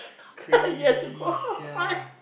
crazy sia